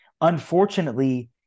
Unfortunately